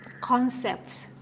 concepts